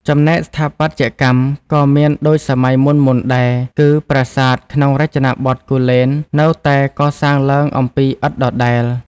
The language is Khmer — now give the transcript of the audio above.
ចំណែកស្ថាបត្យកម្មក៏មានដូចសម័យមុនៗដែរ គឺប្រាសាទក្នុងរចនាបថគូលែននៅតែកសាងឡើងអំពីឥដ្ឋដដែល។